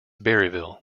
berryville